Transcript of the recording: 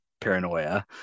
paranoia